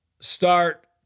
start